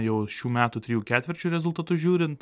jau šių metų trijų ketvirčių rezultatus žiūrint